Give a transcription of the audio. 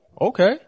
okay